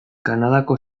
kanadako